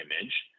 image